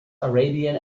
arabian